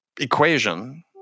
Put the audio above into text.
equation